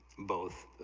both